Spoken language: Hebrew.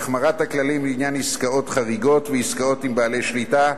החמרת הכללים לעניין עסקאות חריגות ועסקאות עם בעלי שליטה,